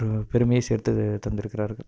ஒரு பெருமையைச் சேர்த்து தந்திருக்கிறார்கள்